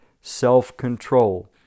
self-control